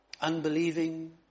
unbelieving